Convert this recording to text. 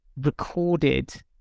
recorded